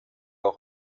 auch